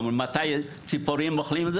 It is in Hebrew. שאלו אותו: "ממתי ציפורים אוכלות את זה?",